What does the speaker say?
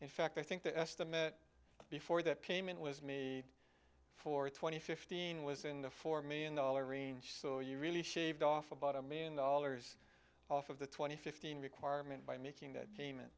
in fact i think the estimate before that payment was made for twenty fifteen was in the four million dollars range so you really shaved off about a million dollars off of the twenty fifteen requirement by making that